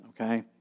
Okay